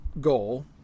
goal